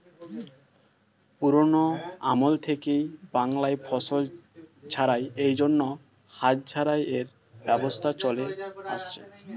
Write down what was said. পুরোনো আমল থেকেই বাংলায় ফসল ঝাড়াই এর জন্য হাত ঝাড়াই এর ব্যবস্থা চলে আসছে